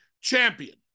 Champion